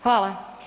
Hvala.